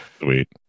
sweet